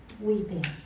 weeping